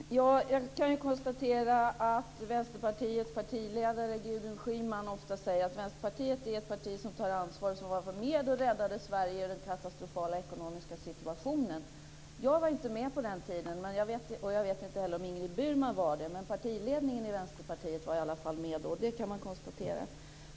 Fru talman! Jag kan konstatera att Vänsterpartiets partiledare, Gudrun Schyman, ofta säger att Vänsterpartiet är ett parti som tar ansvar och som var med och räddade Sverige ur den katastrofala ekonomiska situationen. Jag var inte med på den tiden, och jag vet inte heller om Ingrid Burman var det, men partiledningen i Vänsterpartiet var i alla fall med då. Det kan man konstatera.